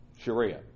Sharia